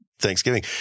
thanksgiving